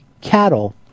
cattle